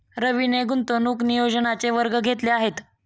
रवीने गुंतवणूक नियोजनाचे वर्ग घेतले आहेत